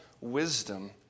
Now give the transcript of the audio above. wisdom